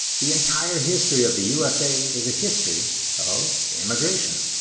the entire history of the usa is a history of immigration.